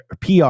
PR